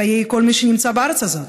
חיי כל מי שנמצא בארץ הזאת.